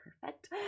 Perfect